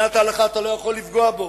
מבחינת ההלכה אתה לא יכול לפגוע בו,